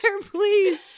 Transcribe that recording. please